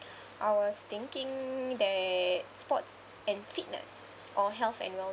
I wa thinking that sports and fitness or health and wellness